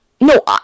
No